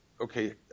okay